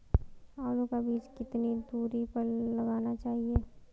आलू का बीज कितनी दूरी पर लगाना चाहिए?